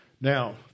Now